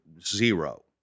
zero